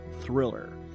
Thriller